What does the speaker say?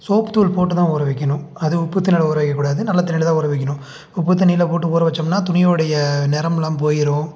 சோப்புத்தூள் போட்டுதான் ஊற வைக்கணும் அது உப்பு தண்ணியில் ஊற வைக்கக்கூடாது நல்ல தண்ணியில்தான் ஊற வைக்கணும் உப்பு தண்ணியில் போட்டு ஊற வச்சோம்னால் துணியோடைய நிறம்லாம் போயிடும்